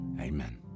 amen